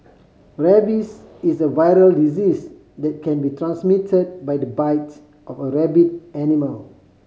rabies is a viral disease that can be transmitted by the bite of a rabid animal